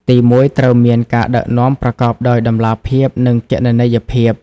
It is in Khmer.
ទីមួយ ត្រូវមាន ការដឹកនាំប្រកបដោយតម្លាភាពនិងគណនេយ្យភាព។